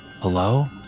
Hello